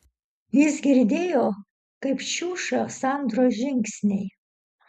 jis girdėjo kaip šiuša sandros žingsniai